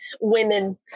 women